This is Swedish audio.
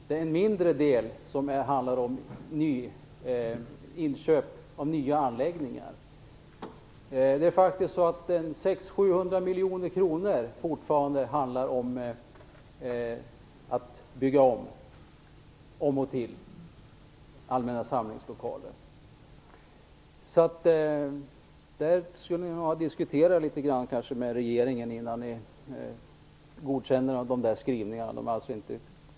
Det är en mindre del som handlar om inköp av nya anläggningar. Ansökningar om 600-700 miljoner kronor gäller om och tillbyggnad av allmänna samlingslokaler. Ni skulle nog ha diskuterat litet med regeringen innan ni godkände dessa skrivningar.